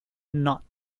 not